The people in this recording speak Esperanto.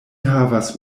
havas